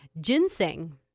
ginseng